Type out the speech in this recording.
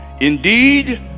Indeed